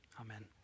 Amen